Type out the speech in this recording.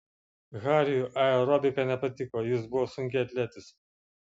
hariui aerobika nepatiko jis buvo sunkiaatletis